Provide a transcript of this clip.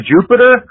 Jupiter –